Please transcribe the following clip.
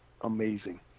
amazing